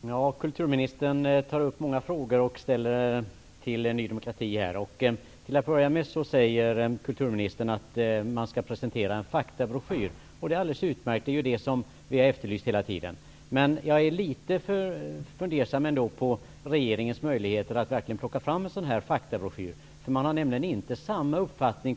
Fru talman! Kulturministern ställer många frågor till Ny demokrati. Till att börja med säger kulturministern att en faktabroschyr skall presenteras. Det är alldeles utmärkt. Det är det vi har efterlyst hela tiden. Jag är litet fundersam över regeringens möjligheter att ta fram en sådan faktabroschyr. Regeringen har nämligen inte samma uppfattning --